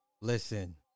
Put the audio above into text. Listen